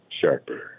sharper